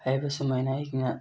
ꯍꯥꯏꯕꯁꯤꯃ ꯑꯩꯅ